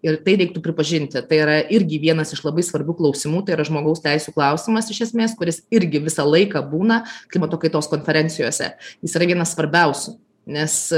ir tai reiktų pripažinti tai yra irgi vienas iš labai svarbių klausimų tai yra žmogaus teisių klausimas iš esmės kuris irgi visą laiką būna klimato kaitos konferencijose jis yra vienas svarbiausių nes